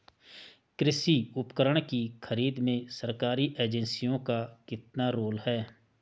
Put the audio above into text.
कृषि उपकरण की खरीद में सरकारी एजेंसियों का कितना रोल है?